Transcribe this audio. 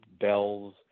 bells